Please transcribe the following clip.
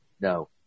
no